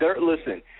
Listen